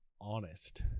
honest